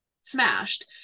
smashed